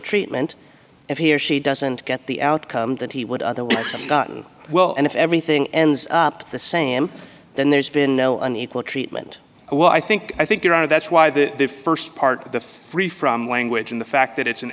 treatment if he or she doesn't get the outcome that he would otherwise have gotten well and if everything ends up the same then there's been no unequal treatment what i think i think you're out of that's why the st part the three from language and the fact that it's an